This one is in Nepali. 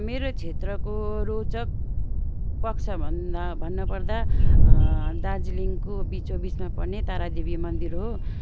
मेरो क्षेत्रको रोचक पक्षभन्दा भन्नपर्दा दार्जिलिङको बिचोबिचमा पर्ने तारादेवी मन्दिर हो